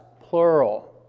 plural